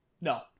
No